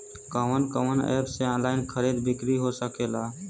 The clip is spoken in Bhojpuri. कवन कवन एप से ऑनलाइन खरीद बिक्री हो सकेला?